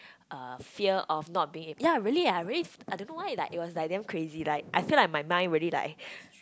uh fear of not being able ya really I really s~ I don't know why that it was like damn crazy like I feel like my mind really like